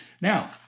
Now